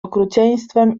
okrucieństwem